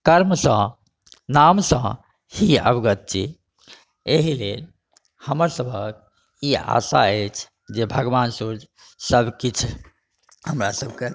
कर्मसँ नामसँ ही अवगत छी एहि लेल हमर सभक ई आशा अछि जे भगवान सुर्य सभ किछु हमरा सभकेँ